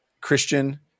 Christian